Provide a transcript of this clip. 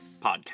podcast